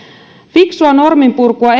fiksua norminpurkua